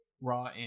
Raw